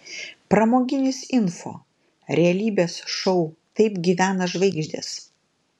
pramoginis info realybės šou taip gyvena žvaigždės